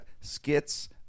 skits